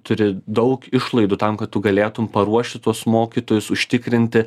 turi daug išlaidų tam kad tu galėtum paruošti tuos mokytojus užtikrinti